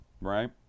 right